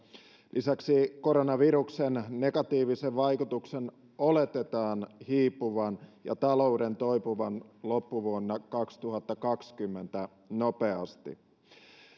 lisäksi koronaviruksen negatiivisen vaikutuksen oletetaan hiipuvan ja talouden toipuvan loppuvuonna kaksituhattakaksikymmentä nopeasti